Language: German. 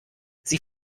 sie